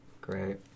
Great